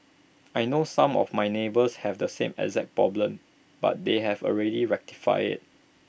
I know some of my neighbours have the same exact problem but they have already rectified IT